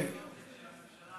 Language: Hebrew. הממשלה הולכת,